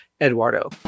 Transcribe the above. Eduardo